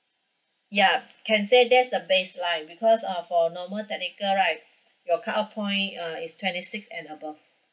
ya can say there's a base lines because uh for normal technical right your cut off point uh is twenty six and above